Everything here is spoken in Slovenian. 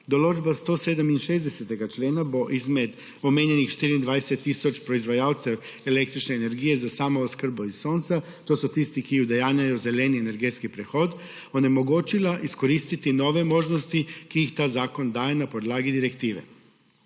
Določba 167. člena bo izmed omenjenih 24 tisoč proizvajalcev električne energije za samooskrbo iz sonca, to so tisti, ki udejanjajo zeleni energetski prehod, onemogočila izkoristiti nove možnosti, ki jih ta zakon daje na podlagi direktive.